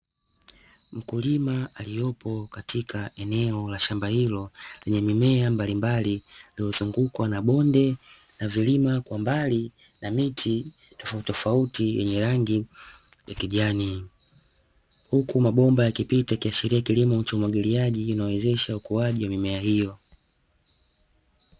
Mkulima aliyepo katika eneo la shamba hilo lenye mimea mbalimbali, lililozungukwa na bonde na vilima kwa mbali na miti tofautitofauti yenye rangi ya kijani, huku mabomba yakipita yakiashiria kilimo cha umwagiliaji kinawezesha ukuaji wa mimea hiyo.